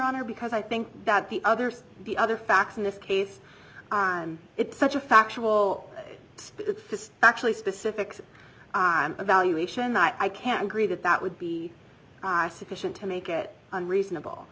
honor because i think that the others the other facts in this case it's such a factual actually specifics evaluation that i can't agree that that would be sufficient to make it unreasonable